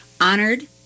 honored